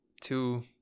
two